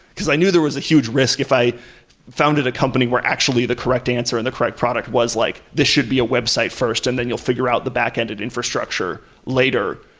because i knew there was a huge risk if i founded a company were actually the correct answer and their correct product was like, this should be a website first and then we'll figure out the back-ended infrastructure later,